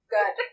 Good